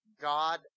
God